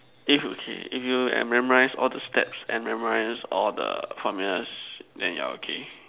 if you can if you can memorize all the stats and memorize all the formulas then you are okay